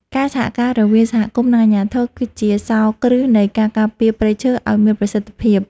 ការសហការរវាងសហគមន៍ និងអាជ្ញាធរ គឺជាសោរគ្រឹះនៃការការពារព្រៃឈើឱ្យមានប្រសិទ្ធភាព។